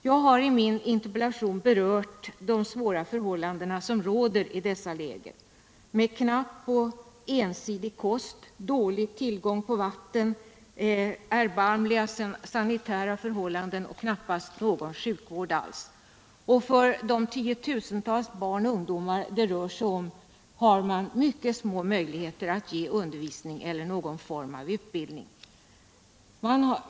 Jag har i min interpellation berört de svåra förhållanden som råder i dessa läger — med knapp och ensidig kost, dålig tillgång till vatten, erbarmliga sanitära förhållanden och knappast någon sjukvård. För de tiotusentals barn och ungdomar det rör sig om har man mycket små möjligheter att ge undervisning eller någon form av utbildning.